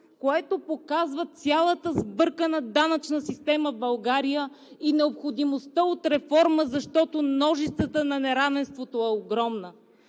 което показва цялата сбъркана данъчна система в България и необходимостта от реформа, защото ножицата на неравенството е огромна.